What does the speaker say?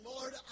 Lord